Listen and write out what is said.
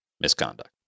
misconduct